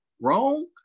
wrong